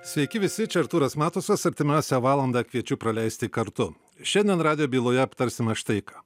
sveiki visi čia artūras matusas artimiausią valandą kviečiu praleisti kartu šiandien radijo byloje aptarsime štai ką